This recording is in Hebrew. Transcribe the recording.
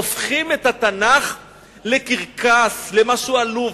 הופכים את התנ"ך לקרקס, למשהו עלוב.